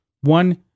One